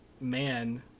man